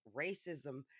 racism